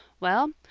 well,